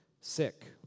sick